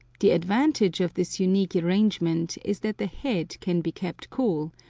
the advantage of this unique arrangement is that the head can be kept cool,